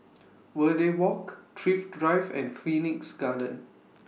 Verde Walk Thrift Drive and Phoenix Garden